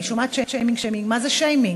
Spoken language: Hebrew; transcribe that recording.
אני שומעת, שיימינג, מה זה שיימינג?